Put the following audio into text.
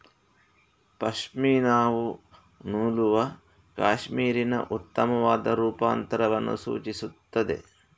ಪಶ್ಮಿನಾವು ನೂಲುವ ಕ್ಯಾಶ್ಮೀರಿನ ಉತ್ತಮವಾದ ರೂಪಾಂತರವನ್ನು ಸೂಚಿಸುತ್ತದೆ